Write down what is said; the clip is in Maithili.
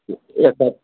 एक सए